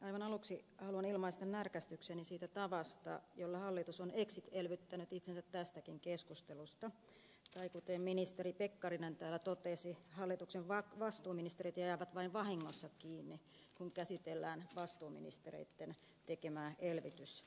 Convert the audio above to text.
aivan aluksi haluan ilmaista närkästykseni siitä tavasta jolla hallitus on exit elvyttänyt itsensä tästäkin keskustelusta tai kuten ministeri pekkarinen täällä totesi hallituksen vastuuministerit jäävät vain vahingossa kiinni kun käsitellään vastuuministereitten tekemää elvytyslisätalousarviota